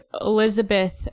Elizabeth